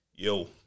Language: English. Yo